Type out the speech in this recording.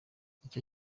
icyo